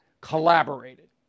collaborated